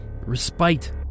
respite